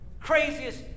Craziest